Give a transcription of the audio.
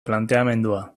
planteamendua